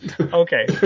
Okay